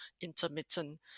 intermittent